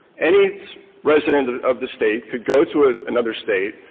any resident of the state could go to ah another state,